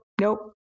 Nope